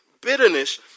bitterness